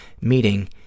meeting